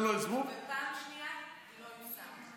ופעם שנייה זה לא יושם.